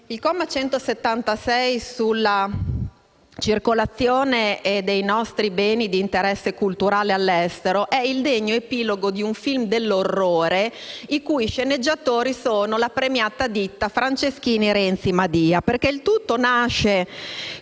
il comma 176 sulla circolazione dei nostri beni di interesse culturale all'estero è il degno epilogo di un film dell'orrore i cui sceneggiatori sono la premiata ditta Franceschini- Renzi-Madia. Il tutto nasce,